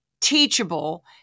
teachable